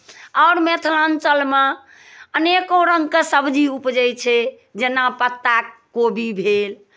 आओर मिथिलाञ्चलमे अनेको रङ्गके सब्जी उपजै छै जेना पत्ताकोबी भेल